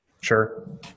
Sure